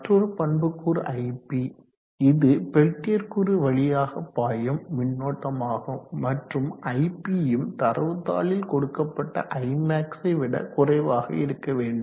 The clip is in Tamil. மற்றோரு முக்கிய பண்புக்கூறு ip இது பெல்டியர் கூறு வழியாக பாயும் மின்னோட்டம் ஆகும் மற்றும் ip ம் தரவு தாளில் கொடுக்கப்பட்ட imax ஐ விட குறைவாக இருக்க வேண்டும்